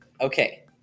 Okay